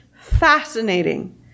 fascinating